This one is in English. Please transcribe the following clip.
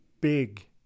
big